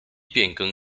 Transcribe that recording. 变更